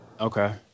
Okay